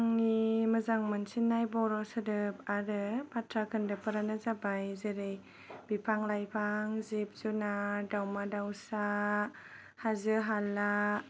आंनि मोजां मोनसिननाय बर' सोदोब आरो बाथ्रा खोन्दोबफोरानो जाबाय जेरै बिफां लाइफां जिब जुनार दाउमा दाउसा हाजो हाला